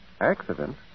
Accident